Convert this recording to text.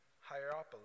Hierapolis